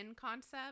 concept